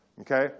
okay